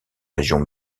régions